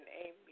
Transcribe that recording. amen